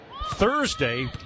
Thursday